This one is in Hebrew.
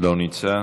לא נמצא.